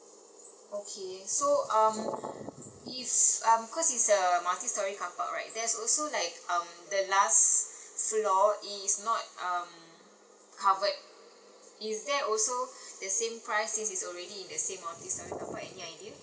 okay so um this um because it's uh multi storey carpark right there's also like um the last floor is not um covered is that also the same price since it's already in the same multi storey carpark any idea